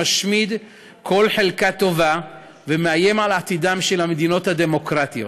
המשמיד כל חלקה טובה ומאיים על עתידן של המדינות הדמוקרטיות.